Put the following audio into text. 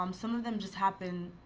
um some of them just happen